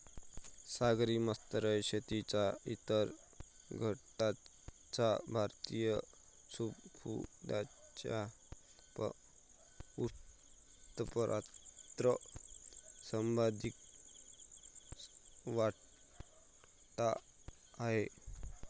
सागरी मत्स्य शेतीच्या इतर गटाचा भारतीय सीफूडच्या उत्पन्नात सर्वाधिक वाटा आहे